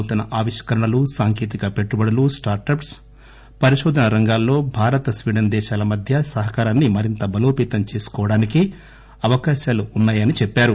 నూతన ఆవిష్కరణలు సాంకేతిక పెట్టుబడులు స్టార్టప్స్ పరిశోధనా రంగాలలో భారత్ స్వీడస్ దేశాల మధ్య సహకారాన్ని మరింత బలోపేతం చేసుకోవడానికి అవకాశాలున్నా యన్నారు